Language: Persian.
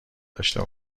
داشته